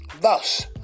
Thus